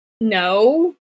no